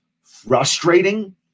frustrating